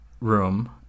room